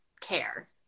care